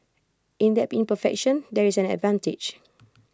in that imperfection there is an advantage